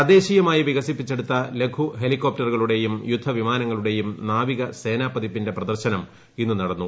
തദ്ദേശീയമായി വികസിപ്പിച്ചെടുത്ത ലഘു ഹെലികോപ്ടറുകളുടെയും യുദ്ധവിമാനങ്ങളുടെയും നാവിക സേനാപതിപ്പിന്റെ പ്രദർശനം ഇന്നു നടന്നു